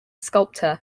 sculptor